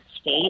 state